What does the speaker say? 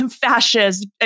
fascists